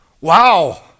Wow